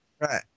Right